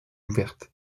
ouverte